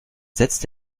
setzt